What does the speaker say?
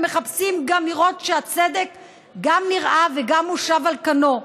הם מחפשים גם לראות שהצדק נראה וגם מושב על כנו,